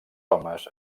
homes